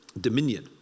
Dominion